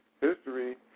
history